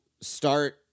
start